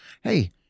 hey